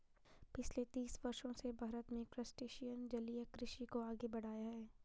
पिछले तीस वर्षों से भारत में क्रस्टेशियन जलीय कृषि को आगे बढ़ाया है